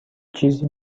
چیزی